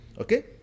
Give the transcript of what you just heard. Okay